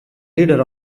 leader